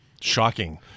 Shocking